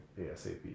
ASAP